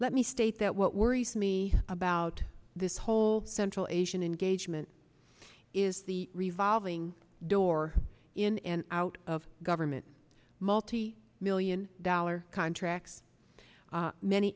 let me state that what worries me about this whole central asian engagement is the revolving door in and out of government multi million dollar contracts many